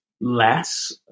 less